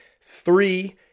three